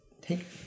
take